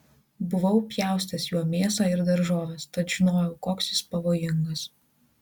buvau pjaustęs juo mėsą ir daržoves tad žinojau koks jis pavojingas